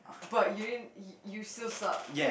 but you didn't you you still sucked